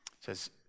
says